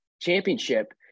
Championship